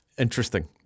Interesting